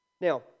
Now